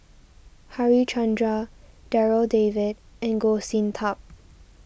Harichandra Darryl David and Goh Sin Tub